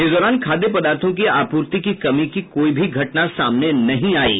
इस दौरान खाद्य पदार्थों की आपूर्ति की कमी की कोई भी घटना सामने नहीं आई है